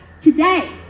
today